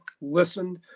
Listened